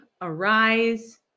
Arise